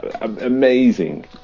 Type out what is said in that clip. amazing